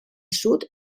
sud